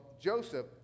Joseph